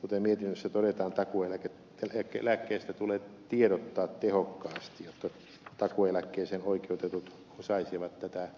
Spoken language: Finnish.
kuten mietinnössä todetaan takuueläkkeistä tulee tiedottaa tehokkaasti jotta takuueläkkeeseen oikeutetut osaisivat tätä uutta